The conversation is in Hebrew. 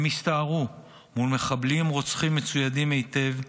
הם הסתערו מול מחבלים רוצחים מצוידים היטב,